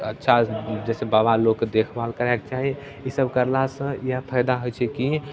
अच्छा जइसे बाबा लोकके देखभाल करैके चाही ईसब करलासे इएह फायदा होइ छै कि